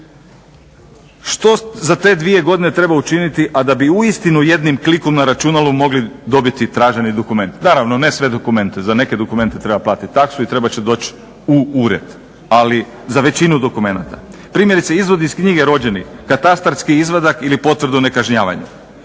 Što za te dvije godine treba učiniti a da bi uistinu jednim klikom na računalu mogli dobiti traženi dokument, naravno ne sve dokumente. Za neke dokumente treba platiti taksu i trebat će doći u ured, ali za većinu dokumenata. Primjerice izvod iz knjige rođenih, katastarski izvadak ili potvrdu o nekažnjavanju